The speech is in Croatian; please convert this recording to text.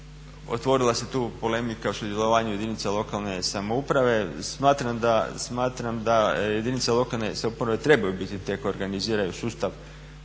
Otvorila se tu polemika o sudjelovanju jedinica lokalne samouprave, smatram da, smatram da jedinice lokalne samouprave trebaju biti te koje organiziraju sustav